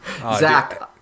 Zach